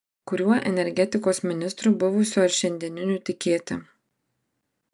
kuriuo energetikos ministru buvusiu ar šiandieniniu tikėti